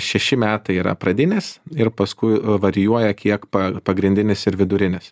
šeši metai yra pradinis ir paskui varijuoja kiek pa pagrindinis ir vidurinis